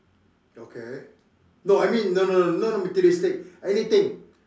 okay no I mean no no no not materialistic anything